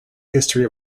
history